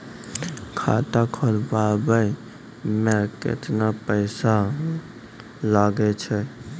खाता खोलबाबय मे केतना पैसा लगे छै?